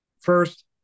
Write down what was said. First